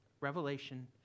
Revelation